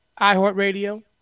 iHeartRadio